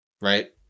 Right